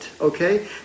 okay